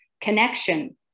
connection